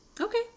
Okay